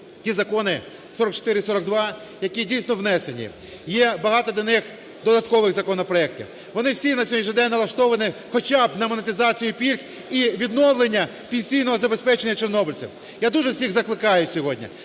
ті закони 4442, які, дійсно, внесені. Є багато до них додаткових законопроектів, вони всі на сьогоднішній день налаштовані хоча б на монетизацію пільг і відновлення пенсійного забезпечення чорнобильців. Я дуже всіх закликаю сьогодні,